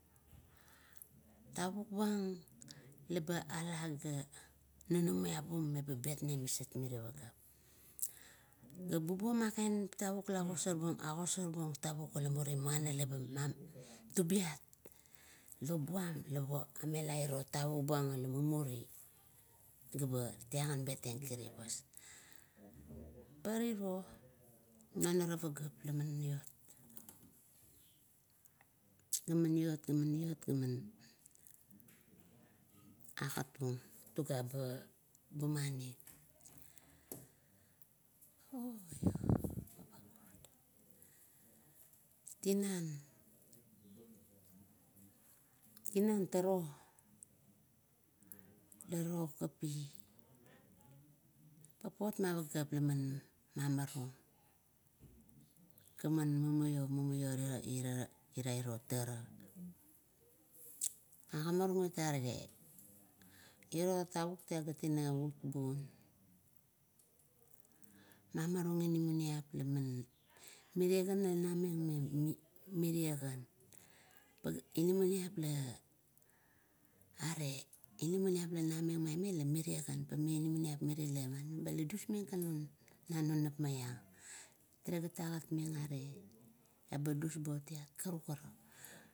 Tavuk buang leba ala ga nunuiap bug meba beteng maset miro pageap. Ga bubuo man kain tavuk la agosor buong, agosorbung tavuk ila muri, muana laba ameulun tubiat. Lop buam laba amela iro tavuk buang ila mu9muri, ga talagan beten kiribas. Pa tiro nonara pageap laman miot, maniot, maniot, gamaniot gamanagat tung mani, tinan, tinan turo laro kakapi papot ma pageap laman amarun ga man mumaiong, mumaioera irairo tara, agianrung it are ir tavuk, iro tavuk la tale gan ut bun. Mamarung iniminiap, mire gan, la nameng, memiriagan la nunumiap la are, inamaniap la nameng maime la mire gan, muanala dusmeng na non nap maiang, talegat agat meng are dusbuong tiat, karukara.